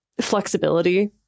flexibility